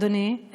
אדוני,